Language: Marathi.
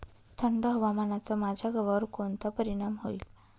थंड हवामानाचा माझ्या गव्हावर कोणता परिणाम होईल?